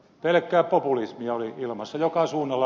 pelkkää populismia oli ilmassa joka suunnalla